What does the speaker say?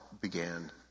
began